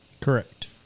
Correct